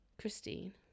Christine